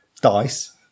dice